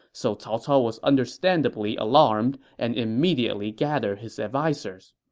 so cao cao was understandably alarmed and immediately gathered his advisers